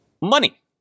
Money